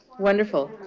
wonderful.